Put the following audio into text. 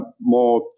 more